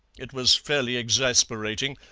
it was fairly exasperating,